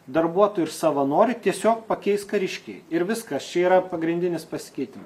darbuotojai ir savanoriai tiesiog pakeis kariškiai ir viskas čia yra pagrindinis pasikeitima